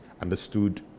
understood